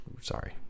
Sorry